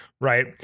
Right